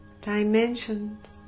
dimensions